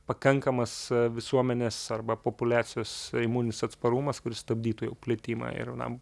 pakankamas visuomenės arba populiacijos imuninis atsparumas kuris stabdytų jau plitimą ir na